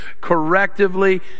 correctively